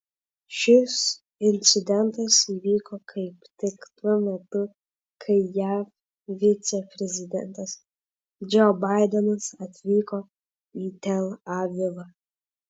šis incidentas įvyko kaip tik tuo metu kai jav viceprezidentas džo baidenas atvyko į tel avivą